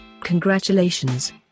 Congratulations